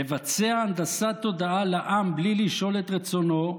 לבצע הנדסת תודעה לעם בלי לשאול את רצונו,